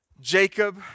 Jacob